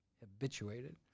habituated